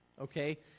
okay